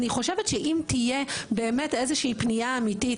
אני חושבת שאם תהיה באמת איזה שהיא פנייה אמיתית,